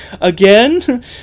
Again